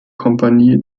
kompanie